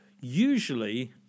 usually